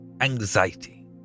anxiety